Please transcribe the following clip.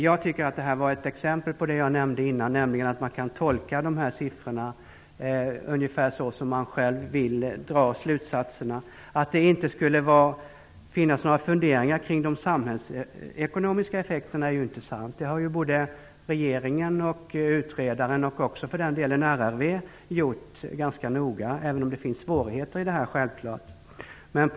Jag tycker att det här var ett exempel på det som jag nämnde tidigare, nämligen att man kan tolka de här siffrorna ungefär så som man själv vill dra slutsatserna. Att det inte skulle finnas några funderingar kring de samhällsekonomiska effekterna är ju inte sant. Det har både regeringen, utredaren och för den delen också RRV gjort ganska noga, även om det självklart finns svårigheter i detta.